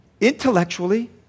intellectually